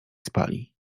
spali